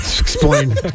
explain